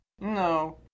No